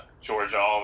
Georgia